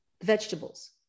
Vegetables